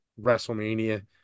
WrestleMania